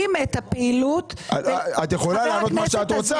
אנחנו מחלקים את הפעילות --- את יכולה לענות מה שאת רוצה